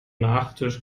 nachtisch